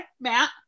Matt